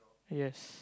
yes